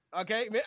okay